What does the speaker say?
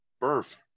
birth